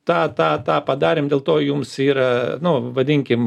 tą tą tą padarėm dėl to jums yra nu vadinkim